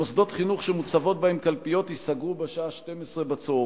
מוסדות חינוך שמוצבות בהם קלפיות ייסגרו בשעה 12:00,